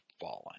fallen